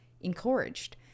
encouraged